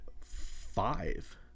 five